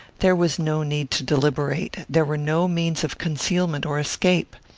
there was no need to deliberate. there were no means of concealment or escape.